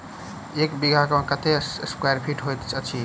एक बीघा मे कत्ते स्क्वायर फीट होइत अछि?